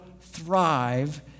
thrive